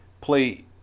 play